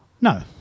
No